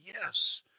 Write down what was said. yes